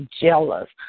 jealous